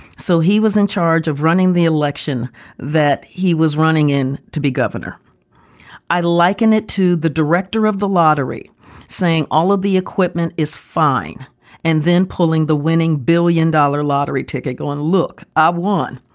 so he was in charge of running the election that he was running in to be governor i liken it to the director of the lottery saying all of the equipment is fine and then pulling the winning billion dollar lottery ticket. go and look at one.